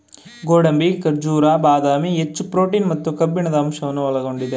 ಗೋಡಂಬಿ, ಖಜೂರ, ಬಾದಾಮಿ, ಹೆಚ್ಚು ಪ್ರೋಟೀನ್ ಮತ್ತು ಕಬ್ಬಿಣದ ಅಂಶವನ್ನು ಒಳಗೊಂಡಿದೆ